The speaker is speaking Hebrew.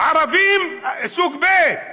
ערבים סוג ב'.